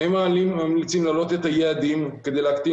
שניהם ממליצים להעלות את היעדים כדי להקטין